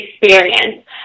experience